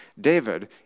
David